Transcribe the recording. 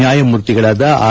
ನ್ಯಾಯಮೂರ್ತಿಗಳಾದ ಆರ್